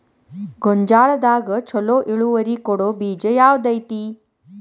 ಗೊಂಜಾಳದಾಗ ಛಲೋ ಇಳುವರಿ ಕೊಡೊ ಬೇಜ ಯಾವ್ದ್ ಐತಿ?